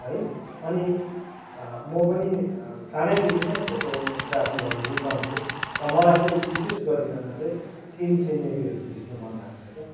है अनि म पनि सानैदेखि नै फोटोग्राफी गर्न रुचाउँथेँ र मलाई चाहिँ विशेष गरिकन चाहिँ सिन सिनेरीहरू खिच्न मनलाग्छ क्या